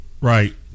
Right